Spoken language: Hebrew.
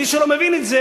ומי שלא מבין את זה,